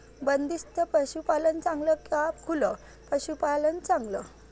बंदिस्त पशूपालन चांगलं का खुलं पशूपालन चांगलं?